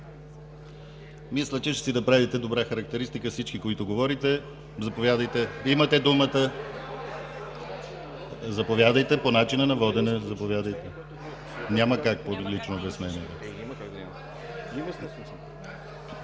Мисля, че ще си направите добра характеристика всички, които говорите. Заповядайте! Имате думата. Заповядайте по начина на водене. (Шум и реплики.) Няма как лично обяснение.